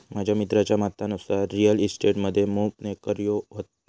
माझ्या मित्राच्या मतानुसार रिअल इस्टेट मध्ये मोप नोकर्यो हत